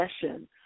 session